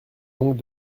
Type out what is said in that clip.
donc